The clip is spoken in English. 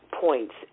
Points